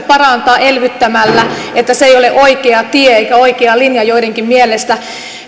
parantaa elvyttämällä ja että se ei ole oikea tie eikä oikea linja joidenkin mielestä